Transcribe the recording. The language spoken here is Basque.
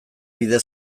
bide